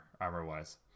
armor-wise